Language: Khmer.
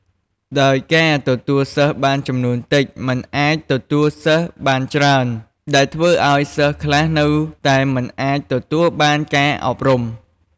ដោយការទទួលសិស្សបានចំនួនតិច មិនអាចទទួលសិស្សបានច្រើន ដែលធ្វើឱ្យសិស្សខ្លះនៅតែមិនអាចទទួលបានការអប់រំ។